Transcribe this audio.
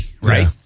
right